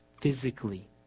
physically